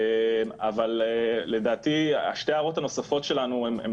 אבל לדעתי שתי ההערות הנוספות שלנו הן